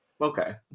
Okay